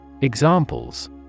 Examples